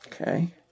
Okay